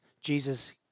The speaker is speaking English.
Jesus